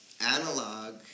analog